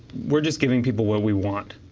we're just giving people what we want,